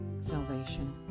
salvation